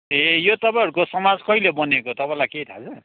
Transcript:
ए यो तपाईँहरूको समाज कहिले बनिएको तपाईँलाई केही थाहा छ